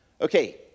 Okay